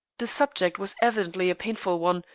the subject was evidently a painful one,